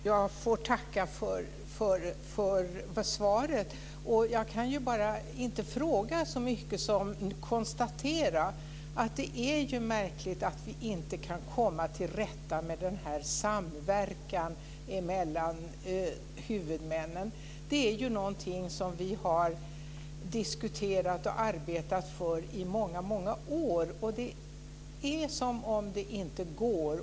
Herr talman! Jag tackar för svaret. Jag kan bara konstatera att det är märkligt att vi inte kan komma till rätta med denna samverkan mellan huvudmännen. Det är ju någonting som vi har diskuterat och arbetat för i många år, och det verkar som om det inte går.